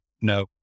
no